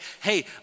hey